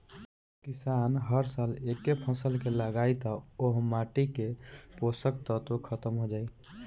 किसान हर साल एके फसल के लगायी त ओह माटी से पोषक तत्व ख़तम हो जाई